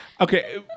Okay